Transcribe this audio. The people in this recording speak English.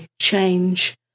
change